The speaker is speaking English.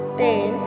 ten